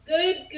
Good